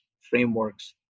frameworks